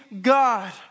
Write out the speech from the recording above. God